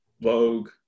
Vogue